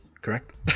Correct